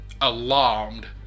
alarmed